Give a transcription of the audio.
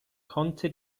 conte